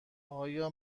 آیا